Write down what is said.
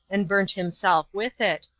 and burnt himself with it,